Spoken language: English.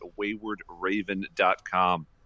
waywardraven.com